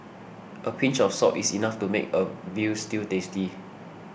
a pinch of salt is enough to make a Veal Stew tasty